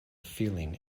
feeling